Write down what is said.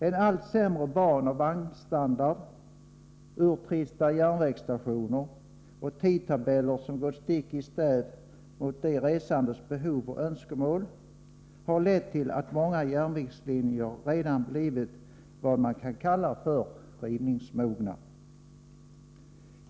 En allt sämre banoch vagnstandard, urtrista järnvägsstationer och tidtabeller som gått stick i stäv mot de resandes behov och önskemål har lett till att många järnvägslinjer redan blivit vad man kan kalla för rivningsmogna.